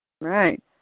Right